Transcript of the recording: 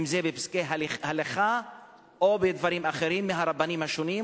אם בפסקי הלכה או בדברים אחרים מהרבנים השונים,